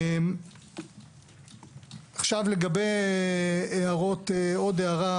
עוד הערה,